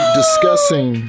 discussing